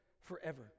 forever